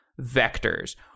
vectors